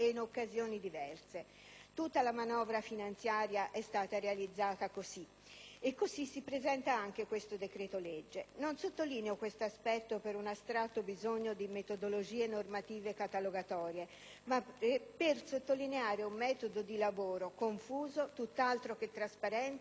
Tutta la manovra finanziaria è stata realizzata così, e così si presenta anche questo decreto-legge. Non sottolineo quest'aspetto per un astratto bisogno di metodologie normative catalogatorie, ma per sottolineare un metodo di lavoro confuso, tutt'altro che trasparente e spesso poco chiaro.